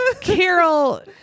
Carol